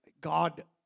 God